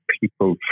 people